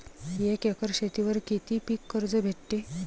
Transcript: एक एकर शेतीवर किती पीक कर्ज भेटते?